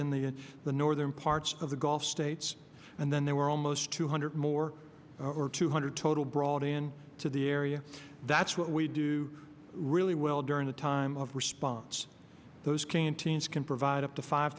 in the in the northern parts of the gulf states and then there were almost two hundred more or two hundred total brought in to the area that's what we do really well during the time of response those canteens can provide up to five